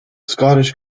scottish